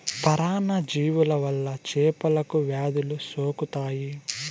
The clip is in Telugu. పరాన్న జీవుల వల్ల చేపలకు వ్యాధులు సోకుతాయి